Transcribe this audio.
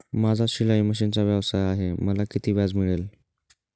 माझा शिलाई मशिनचा व्यवसाय आहे मला किती कर्ज मिळेल?